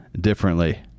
differently